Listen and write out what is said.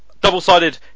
Double-sided